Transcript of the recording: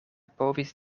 povis